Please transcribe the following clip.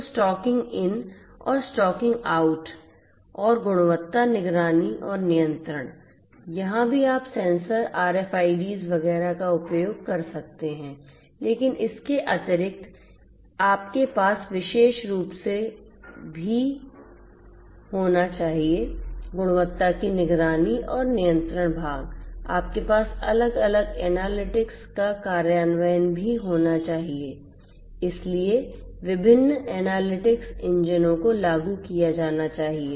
तो stocking in और stocking आउटऔर गुणवत्ता निगरानी और नियंत्रण यहाँ भी आप सेंसर RFIDs वगैरह का उपयोग कर सकते हैं लेकिन इसके अतिरिक्त आपके पास विशेष रूप से भी होना चाहिए गुणवत्ता की निगरानी और नियंत्रण भाग आपके पास अलग अलग एनालिटिक्स का कार्यान्वयन भी होना चाहिए इसलिए विभिन्न एनालिटिक्स इंजनों को लागू किया जाना चाहिए